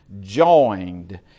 joined